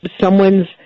someone's